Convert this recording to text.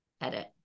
edit